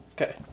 okay